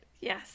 yes